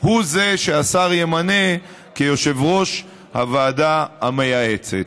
הוא זה שהשר ימנה כיושב-ראש הוועדה המייעצת.